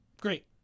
Great